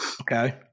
okay